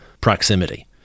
proximity